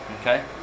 okay